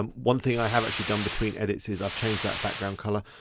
um one thing i have actually done between edits is i've changed that background colour.